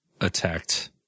attacked